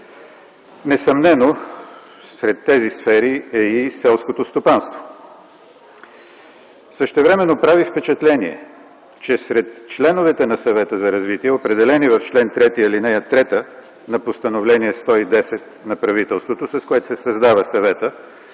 Несъмнено сред тези сфери е и селското стопанство. Същевременно прави впечатление, че сред членовете на Съвета за развитие, определени в чл. 3, ал. 3 на Постановление № 110 на правителството, с което се създава съветът,